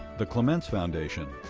the clements foundation.